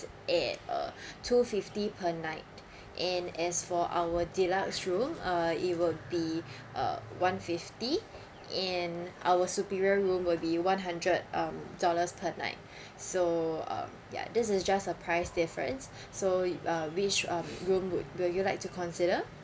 at uh two fifty per night and as for our deluxe room uh it will be uh one fifty and our superior room will be one hundred um dollars per night so um ya this is just a price difference so uh which um room would will you like to consider